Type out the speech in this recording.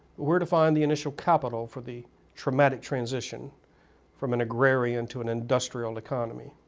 where to find the initial capital for the traumatic transition from an agrarian to an industrial economy?